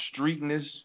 streetness